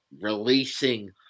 releasing